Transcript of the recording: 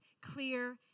clear